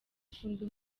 akunda